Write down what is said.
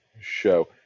show